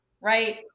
right